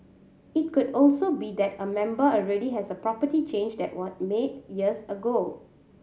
it could also be that a member already has a property change that was made years ago